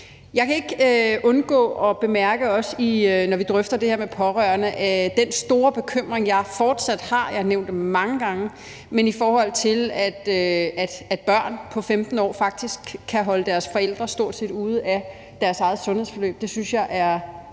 Jeg vil ikke undlade også at bemærke, når vi drøfter det her med pårørende, den store bekymring, som jeg fortsat har – jeg har nævnt det mange gange – i forhold til at børn på 15 år faktisk kan holde deres forældre stort set ude af deres eget sundhedsforløb. Det synes jeg,